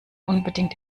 unbedingt